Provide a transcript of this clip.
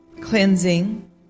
Cleansing